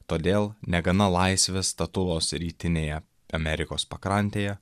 todėl negana laisvės statulos rytinėje amerikos pakrantėje